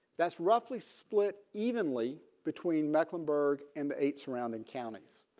that's roughly split evenly between mecklenburg and the eight surrounding counties.